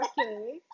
okay